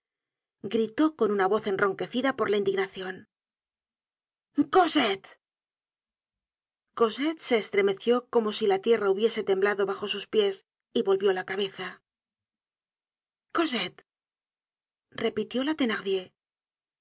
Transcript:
gritó con una voz enronquecida por la indignacion cosette cosette se estremeció como si la tierra hubiese temblado bajo sus pies y volvió la cabeza cosette repitió la